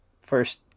first